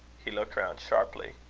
he looked round sharply.